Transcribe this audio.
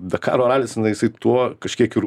dakaro ralis na jisai tuo kažkiek ir